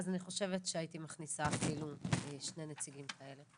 אז אני חושבת שהייתי מכניסה אפילו שני נציגים כאלה.